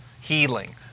healing